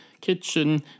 kitchen